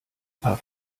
paar